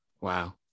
Wow